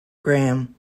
graham